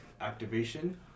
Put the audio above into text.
activation